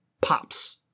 pops